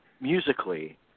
musically